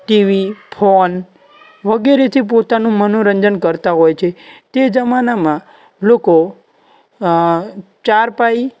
TV phone વગેરેથી પોતાનું મનોરંજન કરતા હોય છે તે જમાનામાં લોકો ચારપાઈ